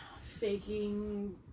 faking